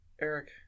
Eric